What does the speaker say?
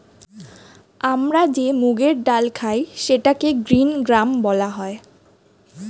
আমরা যে মুগের ডাল খাই সেটাকে গ্রীন গ্রাম বলা হয়